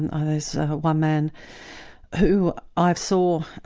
and ah there's one man who i saw